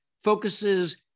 focuses